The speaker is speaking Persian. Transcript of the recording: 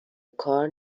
کار